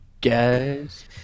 guys